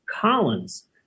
Collins